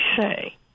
say